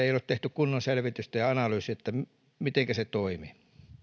ei ole tehty kunnon selvitystä ja analyysia siitä mitenkä se toimi